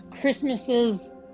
Christmases